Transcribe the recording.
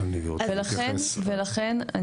ולכן,